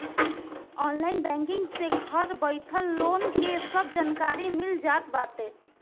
online banking से घर बइठल लोन के सब जानकारी मिल जात बाटे